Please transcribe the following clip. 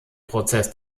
prozess